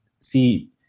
See